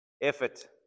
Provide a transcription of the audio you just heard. Effort